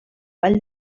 vall